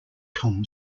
tom